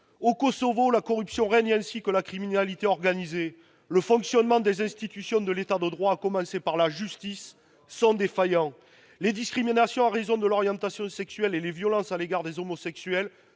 Au Kosovo, la corruption et la criminalité organisée règnent. Le fonctionnement des institutions de l'État de droit, à commencer par la justice, est défaillant. Les discriminations en raison de l'orientation sexuelle et les violences à l'égard des homosexuels